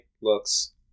looks